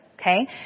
Okay